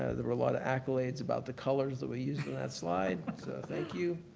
ah there were a lot of accolades about the colors that we used in that slide thank you.